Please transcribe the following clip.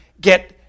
get